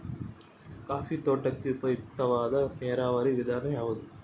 Coffee ತೋಟಕ್ಕೆ ಉಪಯುಕ್ತವಾದ ನೇರಾವರಿ ವಿಧಾನ ಯಾವುದು?